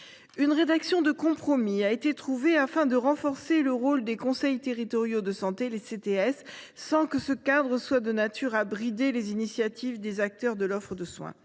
Une rédaction de compromis a été trouvée, afin de renforcer le rôle des conseils territoriaux de santé (CTS), tout en veillant à ce que ce cadre ne bride pas les initiatives des acteurs de l’offre de soins.